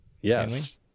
Yes